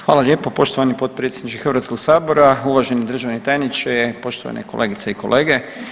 Hvala lijepo poštovani potpredsjedniče Hrvatskog sabora, uvaženi državni tajniče, poštovane kolegice i kolege.